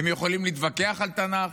הם יכולים להתווכח על תנ"ך,